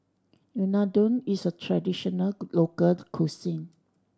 unadon is a traditional local cuisine